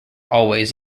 always